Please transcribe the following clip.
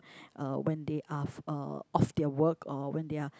uh when they are uh off their work or when they are